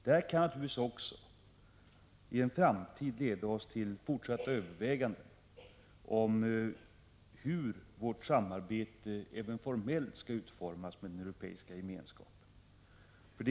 Det här kan naturligtvis i en framtid leda oss till fortsatta överväganden om hur vårt samarbete med den europeiska gemenskapen skall utformas även formellt.